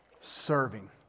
Serving